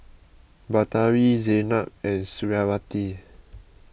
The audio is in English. Batari Zaynab and Suriawati